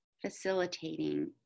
facilitating